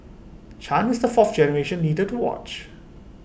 chan is the fourth generation leader to watch